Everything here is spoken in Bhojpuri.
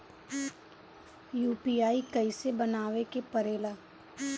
यू.पी.आई कइसे बनावे के परेला?